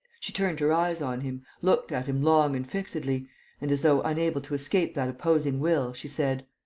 she turned her eyes on him, looked at him long and fixedly and, as though unable to escape that opposing will, she said